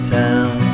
town